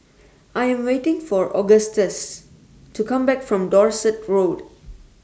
I Am waiting For Augustus to Come Back from Dorset Road